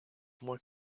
more